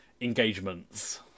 engagements